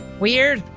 weird.